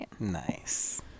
Nice